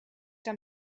der